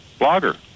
Blogger